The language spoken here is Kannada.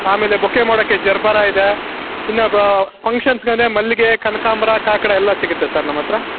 ಆಮೇಲೆ ಬೊಕ್ಕೆ ಮಾಡೋಕ್ಕೆ ಜರ್ಬಾರ ಇದೆ ಇನ್ನು ಫಂಕ್ಷನ್ಸ್ಗಂದರೆ ಮಲ್ಲಿಗೆ ಕನಕಾಂಬ್ರ ಕಾಕಡ ಎಲ್ಲ ಸಿಗುತ್ತೆ ಸರ್ ನಮ್ಮ ಹತ್ರ